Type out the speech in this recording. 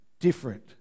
different